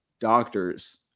doctors